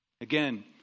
Again